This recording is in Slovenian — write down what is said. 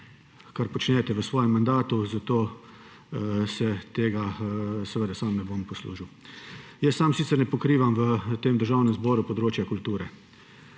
kar počnete v svojem mandatu, zato se tega sam ne bom poslužil. Sam sicer ne pokrivam v tem državnem zboru področja kulture,